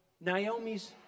Naomi's